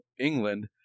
England